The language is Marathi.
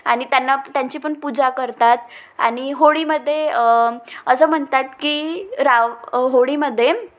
आणि त्यांना त्यांची पण पूजा करतात आणि होळीमध्ये असं म्हणतात की राव होळीमध्ये